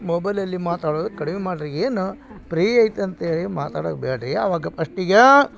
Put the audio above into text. ಮೊಬೈಲಲ್ಲಿ ಮಾತಾಡೋದು ಕಡಿಮೆ ಮಾಡ್ರಿ ಏನು ಪ್ರೀ ಐತಿ ಅಂತೇಳಿ ಮಾತಾಡ ಬೇಡ್ರಿ ಅವಾಗ ಪಸ್ಟಿಗೆ